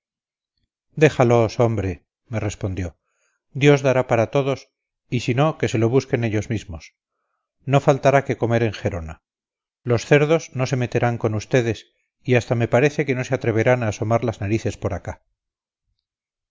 déjalos hombre me respondió dios dará para todos y si no que se lo busquen ellos mismos no faltará qué comer en gerona los cerdos no se meterán con ustedes y hasta me parece que no se atreverán a asomar las narices por acá